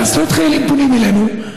עשרות חיילים פונים אלינו,